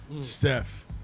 Steph